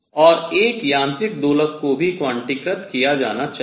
और एक यांत्रिक दोलक को भी क्वांटीकृत किया जाना चाहिए